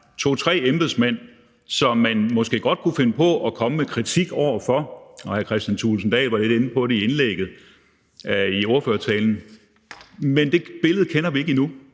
jo 2-3 embedsmænd, som man måske godt kunne finde på at komme med kritik af – og hr. Kristian Thulesen Dahl var lidt inde på det i ordførertalen – men det billede kender vi ikke endnu.